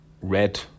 red